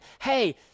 hey